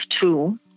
two